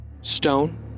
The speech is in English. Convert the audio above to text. stone